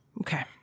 okay